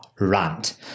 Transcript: rant